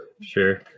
Sure